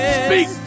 speak